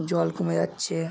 জল কমে যাচ্ছে